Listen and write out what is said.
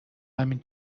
همین